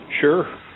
Sure